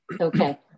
Okay